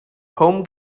home